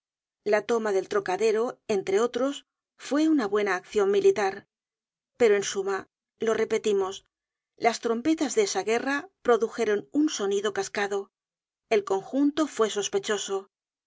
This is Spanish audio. la loma del trocadero entre otros fue una buena accion militar pero en suma lo repetimos las trompetas de esa guerra produjeron un sonido cascado el conjunto fue sospechoso la